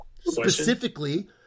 specifically